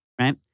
right